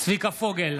צביקה פוגל,